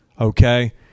Okay